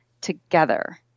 together